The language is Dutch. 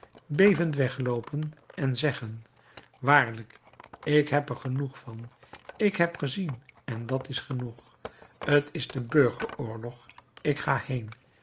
bevend wegloopen en zeggen waarlijk ik heb er genoeg van ik heb gezien en dat is genoeg t is de burgeroorlog ik ga heen